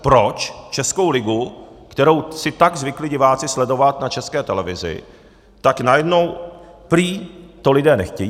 Proč českou ligu, kterou si tak zvykli diváci sledovat na České televizi, tak najednou prý to lidé nechtějí.